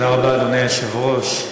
אדוני היושב-ראש,